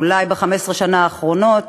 אולי ב-15 שנה האחרונות